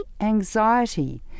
anxiety